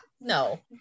No